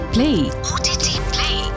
Play